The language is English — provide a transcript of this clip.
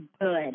good